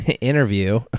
interview